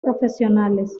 profesionales